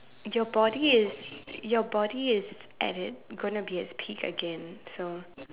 your body is your body is at it gonna be at its peak again so